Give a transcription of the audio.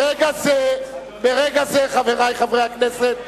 ברגע זה, חברי חברי הכנסת,